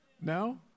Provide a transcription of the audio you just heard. No